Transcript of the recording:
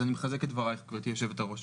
אני מחזק את דבריך גברתי היושבת ראש.